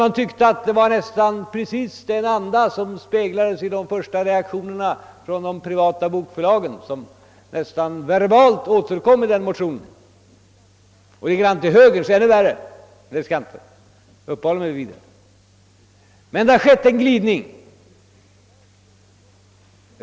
Jag tyckte nästan att det var de första reaktionerna från de privata bokförlagen som verbalt återkom i motionen. — Och litet grand till höger är det ännu värre, men det skall jag inte uppehålla mig vid. Det har emellertid skett en glidning.